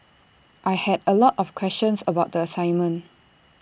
I had A lot of questions about the assignment